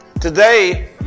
Today